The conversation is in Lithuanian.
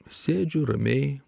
sėdžiu ramiai